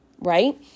right